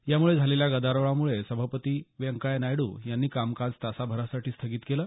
यामुळे झालेल्या गदारोळामुळे सभापती व्यंकय्या नायडू यांनी कामकाज तासाभरासाठी स्थगित केलं